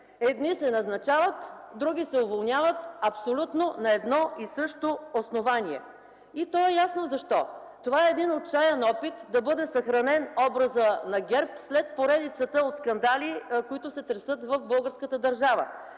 едни се назначават, други се уволняват, абсолютно на едно и също основание!? И то е ясно защо. Това е един отчаян опит да бъде съхранен образът на ГЕРБ след поредицата от скандали, които тресат българската държава.